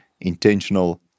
intentional